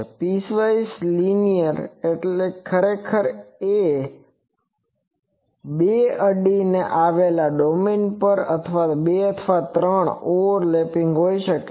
piecewise linear એટલે ખરેખર બે અડીને આવેલા ડોમેઈન પર બે અથવા ત્રણ ઓવરલેપીંગ હોઈ છે